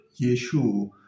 Yeshua